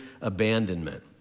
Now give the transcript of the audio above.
abandonment